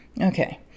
Okay